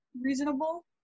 reasonable